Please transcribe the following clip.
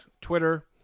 Twitter